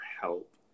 help